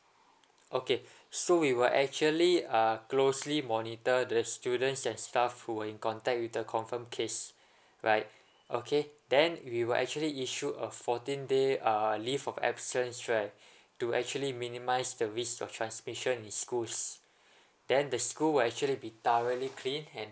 okay so we will actually uh closely monitor the students and staff who are in contact with the confirmed case right okay then we will actually issue a fourteen day uh leave of absence right to actually minimise the risk of transmission in schools then the school will actually be thoroughly cleaned and